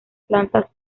plantas